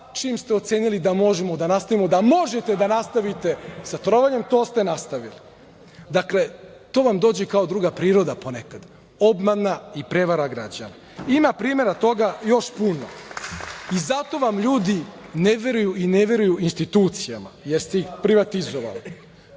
Čim ste ocenili da možete da nastavite sa trovanjem, to ste nastavili. Dakle, to vam dođe kao druga priroda ponekad, obmana i prevara građana. Ima primera toga još puno i zato vam ljudi ne veruju i ne veruju institucijama, jer ste ih privatizovali.